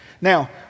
Now